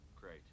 great